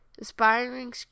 aspiring